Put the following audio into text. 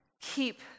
keep